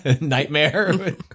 nightmare